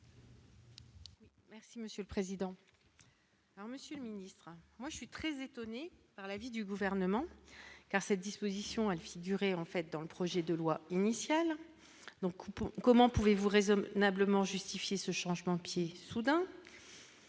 Merci monsieur le président, Monsieur le ministre, moi je suis très étonné l'avis du gouvernement, car cette disposition elle figurait en fait dans le projet de loi initial, donc, comment pouvez-vous raisonnablement justifier ce changement qui, soudain,